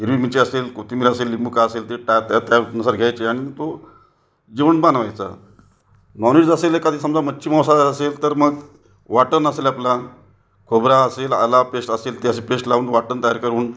हिरवी मिरची असेल कोथिंबीर असेल लिंबू काय असेल ते त्यात त्या त्यानुसार घ्यायची आणि तो जेवण बनवायचा नॉनवेज जर असेल एखादी समजा मच्छी मांसाहार जर असेल तर मग वाटण असेल आपला खोबरा असेल आला पेश्ट असेल ते असे पेश्ट लावून वाटण तयार करून